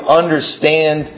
understand